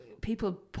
People